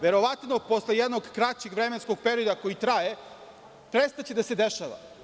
Verovatno posle jednog kraćeg vremenskog perioda koji traje, prestaće da se dešava.